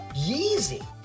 Yeezy